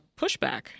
pushback